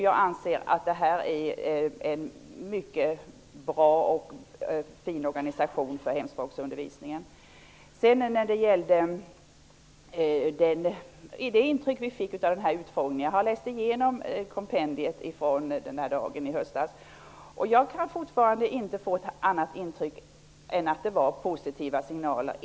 Jag anser att det är en mycket bra och fin organisation för hemspråksundervisningen. Jag har läst igenom kompendiet ifrån utfrågningsdagen i höstas, och jag kan fortfarande inte få något annat intryck än att det var positiva signaler.